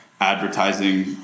advertising